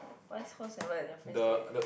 what is hall seven your friends there